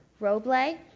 Roble